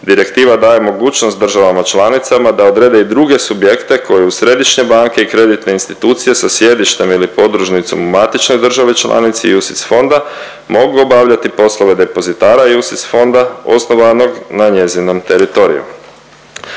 Direktiva daje mogućnost državama članicama da odrede i druge subjekte koji uz središnje banke i kreditne institucije sa sjedištem ili podružnicom u matičnoj državi članici UCITS fonda mogu obavljati poslove depozitara UCITS fonda osnovanog na njezinom teritoriju.